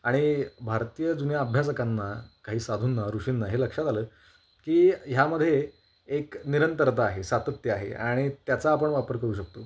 आणि भारतीय जुन्या अभ्यासकांना काही साधूंना ऋषींना हे लक्षात झालं की ह्यामध्ये एक निरंतरता आहे सातत्य आहे आणि त्याचा आपण वापर करू शकतो